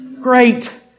great